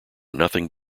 nothing